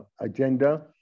agenda